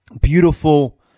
beautiful